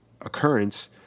occurrence